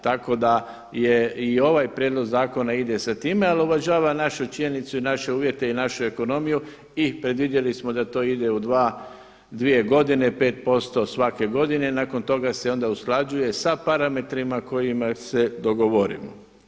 Tako da je i ovaj prijedlog zakona ide sa time ali uvažava našu činjenicu i naše uvjete i našu ekonomiju i predvidjeli smo da to ide u dva, dvije godine 5% svake godine i nakon toga se onda usklađuje sa parametrima sa kojima se dogovorimo.